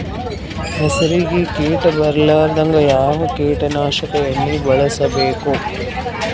ಹೆಸರಿಗಿ ಕೀಟ ಬರಲಾರದಂಗ ಯಾವ ಕೀಟನಾಶಕ ಎಣ್ಣಿಬಳಸಬೇಕು?